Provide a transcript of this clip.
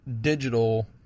digital